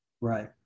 Right